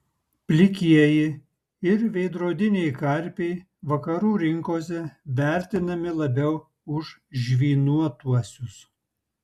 plikieji ir veidrodiniai karpiai vakarų rinkose vertinami labiau už žvynuotuosius